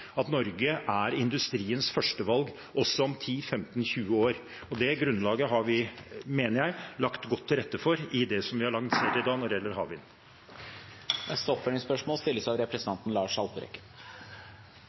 at Norge er industriens førstevalg også om 10, 15 og 20 år. Og det grunnlaget har vi, mener jeg, lagt godt til rette for i det vi har lansert i dag når det gjelder havvind. Lars Haltbrekken – til oppfølgingsspørsmål.